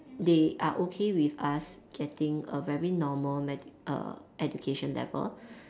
they are okay with us getting a very normal medic~ education level